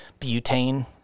butane